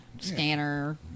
scanner